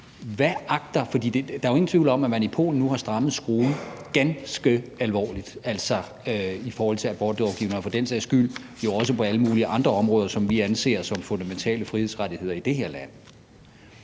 andet end Polen. Der er jo ingen tvivl om, at de har strammet skruen i Polen ganske alvorligt. Det er i forhold til abortlovgivningen og for den sags skyld også på alle mulige andre områder, som vi anser som fundamentale frihedsrettigheder i det her land: